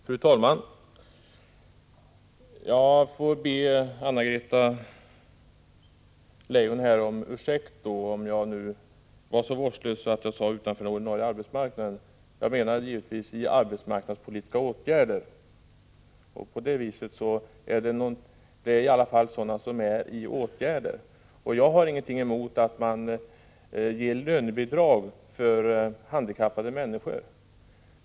Fru talman! Jag får be Anna-Greta Leijon om ursäkt om jag var så vårdslös att jag sade ”utanför den ordinarie arbetsmarknaden”. Jag menade givetvis i arbetsmarknadspolitiska åtgärder. Jag har ingenting emot att man ger lönebidrag för handikappade människor.